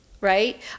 right